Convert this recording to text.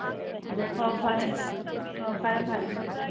ꯑꯣ ꯍꯣꯏ ꯐꯔꯦ ꯎꯝ ꯍꯣ ꯐꯔꯦ ꯐꯔꯦ